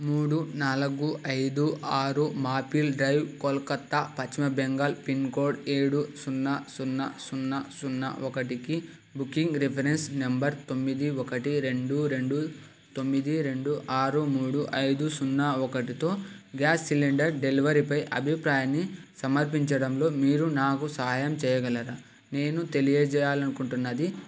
మూడు నాలగు ఐదు ఆరు maple drive Kolkata Paschim Bengal pin code ఏడు సున్నా సున్నా సున్నా సున్నా ఒకటికి బుకింగ్ రిఫరెన్స్ నంబర్ తొమ్మిది ఒకటి రెండు రెండు తొమ్మిది రెండు ఆరు మూడు ఐదు సున్నా ఒకటితో గ్యాస్ సిలిండర్ డెలివరీపై అభిప్రాయాన్ని సమర్పించడంలో మీరు నాకు సహాయం చెయ్యగలరా నేను తెలియజేయాలనుకుంటుంది